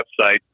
website